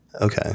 Okay